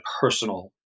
personal